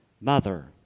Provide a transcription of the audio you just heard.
mother